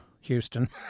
Houston